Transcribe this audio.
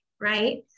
right